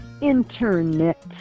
internet